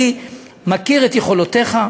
אני מכיר את יכולותיך.